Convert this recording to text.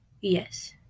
Yes